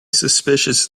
suspicious